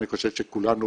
אני חושב שכולנו